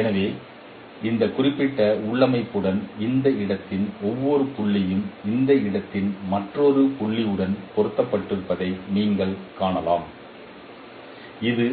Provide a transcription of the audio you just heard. எனவே இந்த குறிப்பிட்ட உள்ளமைவுடன் இந்த இடத்தின் ஒவ்வொரு புள்ளியும் இந்த இடத்தின் மற்றொரு புள்ளியுடன் பொருத்தப்படுவதை நீங்கள் காணலாம் இது